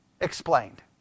explained